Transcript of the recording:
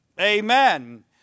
Amen